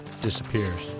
disappears